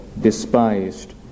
despised